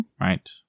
Right